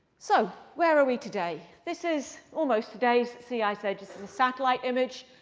so where are we today? this is almost today's sea ice there. this is a satellite image.